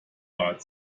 bat